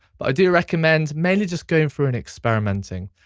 but i do recommend mainly just going through and experimenting.